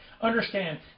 understand